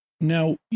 now